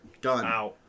done